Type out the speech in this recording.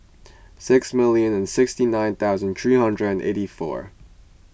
six million and sixty nine thousand three hundred and eighty four